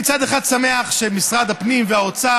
מצד אחד אני שמח שמשרד הפנים והאוצר,